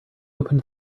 opened